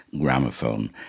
gramophone